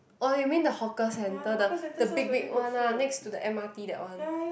oh you mean the hawker centre the the big big one ah next to the M_R_T that one